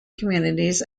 communities